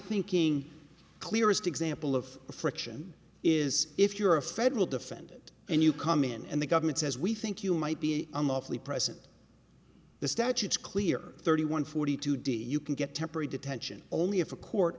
thinking clearest example of friction is if you're a federal defendant and you come in and the government says we think you might be unlawfully present the statute clear thirty one forty two d you can get temporary detention only if a court